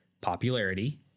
popularity